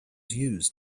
used